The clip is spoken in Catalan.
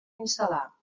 instal·lar